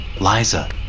Liza